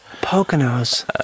Poconos